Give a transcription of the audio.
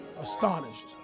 astonished